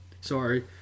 sorry